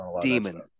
demon